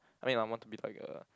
I mean I want to be like a